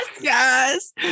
yes